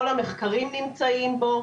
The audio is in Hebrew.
כל המחקרים נמצאים בו,